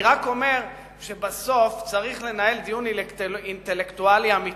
אני רק אומר שבסוף צריך לנהל דיון אינטלקטואלי אמיתי.